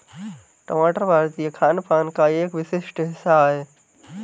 टमाटर भारतीय खानपान का एक विशिष्ट हिस्सा है